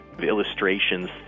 illustrations